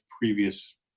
Previous